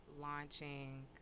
launching